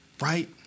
Right